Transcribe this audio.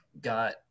got